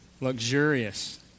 Luxurious